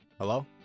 Hello